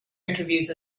interviews